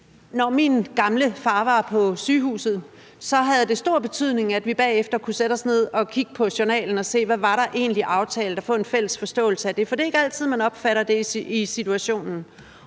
da min gamle far var på sygehuset, havde det stor betydning, at vi bagefter kunne sætte os ned, kigge på journalen og se, hvad der egentlig var aftalt, og få en fælles forståelse af det, for det er ikke altid, man opfatter det i situationen.